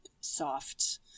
soft